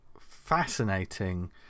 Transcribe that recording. fascinating